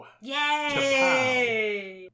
yay